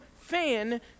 fan